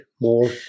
more